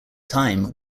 time